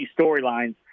storylines